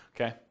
okay